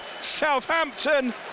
Southampton